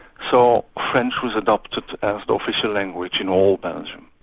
so french was adopted as the official language in all belgium,